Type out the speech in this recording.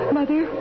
Mother